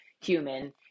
human